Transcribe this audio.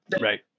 Right